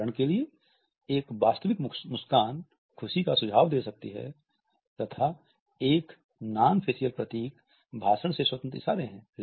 उदाहरण के लिए एक वास्तविक मुस्कान खुशी का सुझाव दे सकती है तथा एक नॉन फेसिअल प्रतीक भाषण से स्वतंत्र इशारे है